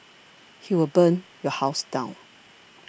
he will burn your house down